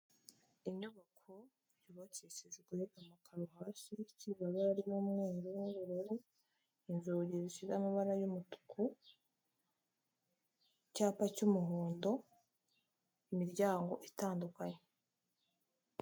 Inyubako yubakishijwe amakaro hasi y'ibabara ry'umweru n'ubururu inzugi zisize amabara y'umutuku, icyapa cy'umuhondo, imiryango itandukanye.